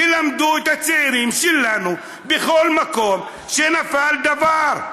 תלמדו את הצעירים שלנו בכל מקום שנפל דבר.